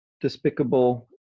despicable